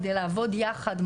כדי לעבוד יחד,